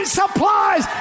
supplies